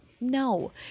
No